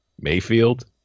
Mayfield